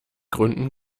gründen